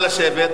נא לשבת.